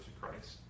Christ